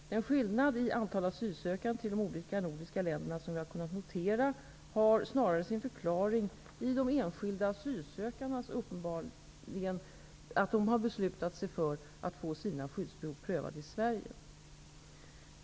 Den skillnad i antal asylsökande till de olika nordiska länderna som vi har kunnat notera, har snarare sin förklaring i att de enskilda asylsökandena uppenbarligen beslutat sig för att få sina skyddsbehov prövade i Sverige.